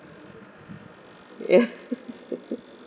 ya